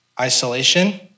isolation